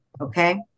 Okay